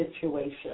situation